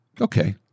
Okay